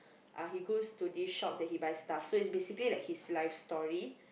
uh he goes to this shop that he buys stuff so it's basically like his life story